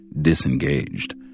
disengaged